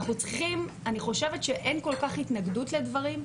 אני חושבת שאין כל כך התנגדות לדברים,